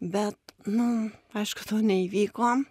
bet nu aišku to neįvyko